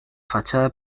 fachada